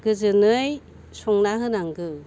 गोजोनै संना होनांगौ